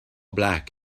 black